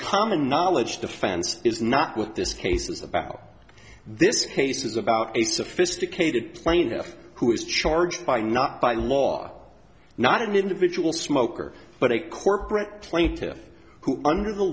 common knowledge defense is not with this case is about this case is about a sophisticated plaintiff who is charged by not by law not an individual smoker but a corporate plaintiff who under the